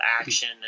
action